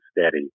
steady